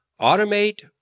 automate